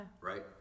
Right